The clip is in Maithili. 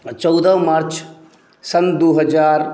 चौदह मार्च सन दू हजार